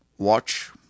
watch